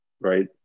right